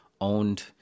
owned